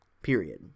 Period